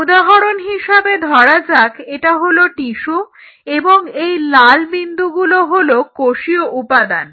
উদাহরণ হিসেবে ধরা যাক এটা হলো টিস্যু এবং এই লাল বিন্দুগুলো হলো কোষীয় উপাদান